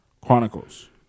Chronicles